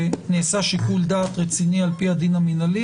שנעשה שיקול דעת רציני לפי הדין המינהלי,